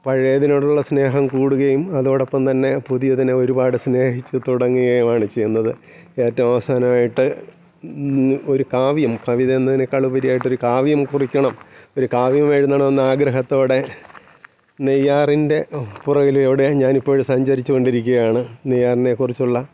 പഴയതിനോടുള്ള സ്നേഹം കൂടുകയും അതോടൊപ്പം തന്നെ പുതിയതിനെ ഒരുപാട് സ്നേഹിച്ച് തുടങ്ങുകയുമാണ് ചെയ്യുന്നത് ഏറ്റവും അവസാനമായിട്ട് ഒരു കാവ്യം കവിത എന്നതിനേക്കാളുപരിയായിട്ട് ഒരു കാവ്യം കുറിക്കണം ഒരു കാവ്യമെഴുതണമെന്ന ആഗ്രഹത്തോടെ നെയ്യാറിൻ്റെ പുറകിലൂടെ ഞാനിപ്പോഴും സഞ്ചരിച്ചുകൊണ്ടിരിക്കുകയാണ് നെയ്യാറിനെ കുറിച്ചുള്ള